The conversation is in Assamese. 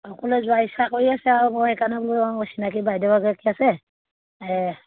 চাবলৈ যোৱা ইচ্ছা কৰি আছে আৰু মই সেইকাৰণে বোলো আৰু চিনাকি বাইদেউ এগৰাকী আছে এই